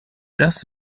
das